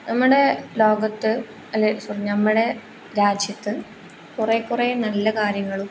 നമ്മുടെ ലോകത്ത് അല്ലെങ്കിൽ സോറി നമ്മുടെ രാജ്യത്ത് കുറേ കുറേ നല്ല കാര്യങ്ങളും